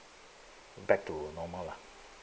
back to normal lah